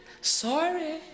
Sorry